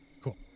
Cool